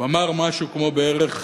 הוא אמר משהו כמו, בערך: